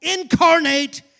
incarnate